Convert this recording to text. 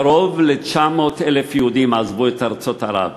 קרוב ל-900,000 יהודים עזבו את ארצות ערב,